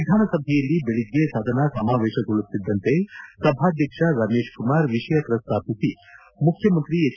ವಿಧಾನಸಭೆಯಲ್ಲಿ ಬೆಳಗ್ಗೆ ಸದನ ಸಮಾವೇಶಗೊಳ್ಳುತ್ತಿದ್ದಂತೆ ಸಭಾಧ್ಯಕ್ಷ ರಮೇಶ್ ಕುಮಾರ್ ವಿಷಯ ಪ್ರಸ್ತಾಪಿಸಿ ಮುಖ್ಯಮಂತ್ರಿ ಎಚ್